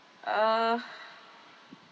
uh